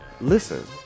listen